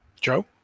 Joe